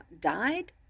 died